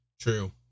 True